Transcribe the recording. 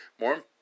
More